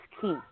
key